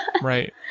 Right